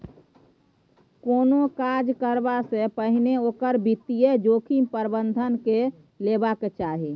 कोनो काज करबासँ पहिने ओकर वित्तीय जोखिम प्रबंधन कए लेबाक चाही